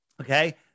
Okay